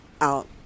out